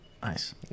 Nice